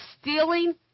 stealing